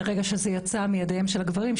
מהרגע שזה יצא מידם של הגברים,